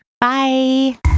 Bye